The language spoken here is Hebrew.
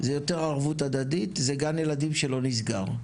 זה יותר ערבות הדדית, זה גן ילדים שלא נסגר.